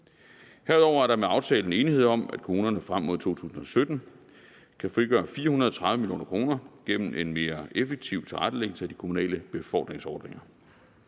Herudover er der med aftalen enighed om, at kommunerne frem mod 2017 kan frigøre 430 mio. kr. gennem en mere effektiv tilrettelæggelse af de kommunale befordringsordninger.